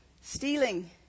stealing